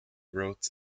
wrote